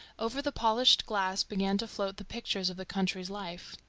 over the polished glass began to float the pictures of the country's life.